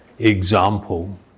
example